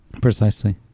precisely